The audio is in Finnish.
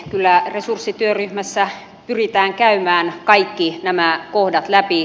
kyllä resurssityöryhmässä pyritään käymään kaikki nämä kohdat läpi